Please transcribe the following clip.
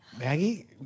Maggie